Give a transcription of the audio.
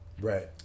Right